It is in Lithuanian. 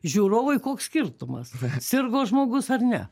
žiūrovui koks skirtumas sirgo žmogus ar ne